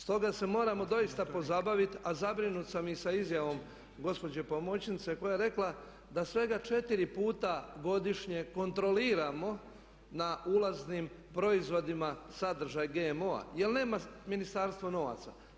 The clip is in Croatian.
Stoga se moramo doista pozabaviti a zabrinut sam i sa izjavom gospođe pomoćnice koja je rekla da svega 4 puta godišnje kontroliramo na ulaznim proizvodima sadržaj GMO-a jer nema ministarstvo novaca.